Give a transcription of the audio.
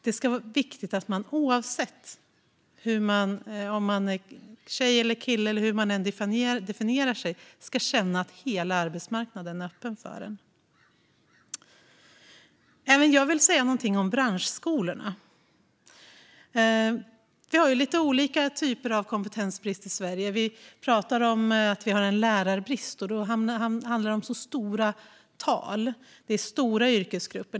Det är viktigt att man oavsett om man är tjej eller kille, eller hur man än definierar sig, känner att hela arbetsmarknaden är öppen för en. Även jag vill säga någonting om branschskolorna. Vi har lite olika typer av kompetensbrist i Sverige. Vi pratar om att vi har en lärarbrist, och då handlar det om stora tal. Det är stora yrkesgrupper.